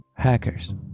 Hackers